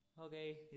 Okay